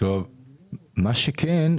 מה שכן,